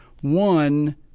One